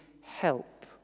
help